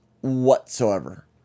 whatsoever